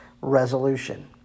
resolution